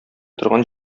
торган